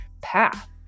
path